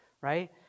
right